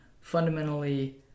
fundamentally